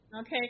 okay